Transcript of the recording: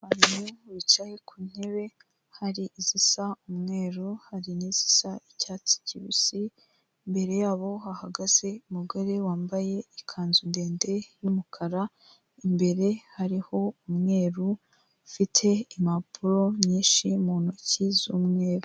Abantu bicaye ku ntebe, hari izisa umweru hari n'izisa icyatsi kibisi, imbere yabo hahagaze umugore wambaye ikanzu ndende y'umukara imbere hariho umweru ufite impapuro nyinshi mu ntoki z'umweru.